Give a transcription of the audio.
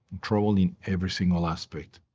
trouble in every single aspect.